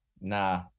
nah